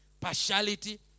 partiality